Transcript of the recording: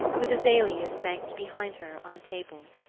with azaleas banked behind her on a table.